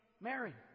Mary